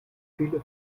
fehler